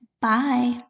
Bye